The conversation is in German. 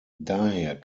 daher